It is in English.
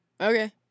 okay